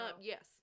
Yes